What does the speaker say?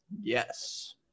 Yes